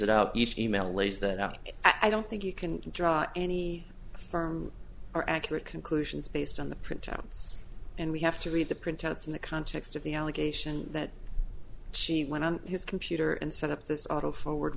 it out each email lays that out i don't think you can draw any firm or accurate conclusions based on the printouts and we have to read the printouts in the context of the allegation that she went on his computer and set up this auto forward